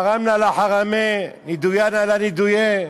חרמנא לא חרמי, נידויינא לא נידויי,